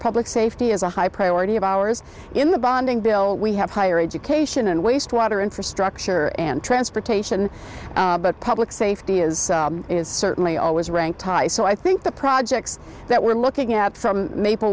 public safety is a high priority of ours in the bonding bill we have higher education and wastewater infrastructure and transportation but public safety is is certainly always ranked high so i think the projects that we're looking at from maple